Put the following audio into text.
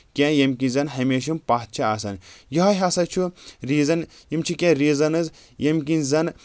کیٚنٛہہ ییٚمہِ کِنۍ زن ہمیشہِ پتھ چھِ آسان یہے ہسا چھُ ریٖزن یِم چھِ کینٛہہ ریٖزنٕز ییٚمہِ کِنۍ زن